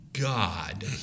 God